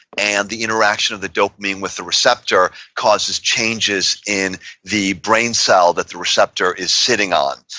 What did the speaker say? and the interaction of the dopamine with the receptor causes changes in the brain cell that the receptor is sitting on.